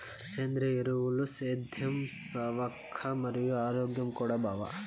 సేంద్రియ ఎరువులు సేద్యం సవక మరియు ఆరోగ్యం కూడా బావ